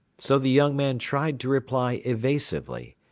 so the young man tried to reply evasively,